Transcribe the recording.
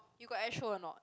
you got airshow or not